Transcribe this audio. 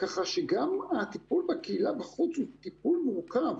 ככה שגם אם הטיפול בקהילה בחוץ הוא טיפול מורכב,